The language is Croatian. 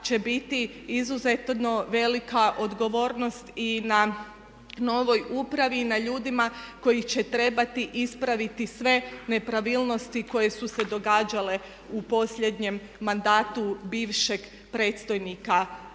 će biti izuzetno velika odgovornost i na novoj upravi, na ljudima koji će trebati ispraviti sve nepravilnosti koje su se događale u posljednjem mandatu bivšeg predstojnika Ureda